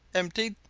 empty?